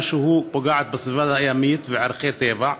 שהיא פוגעת בסביבה הימית וערכי טבע,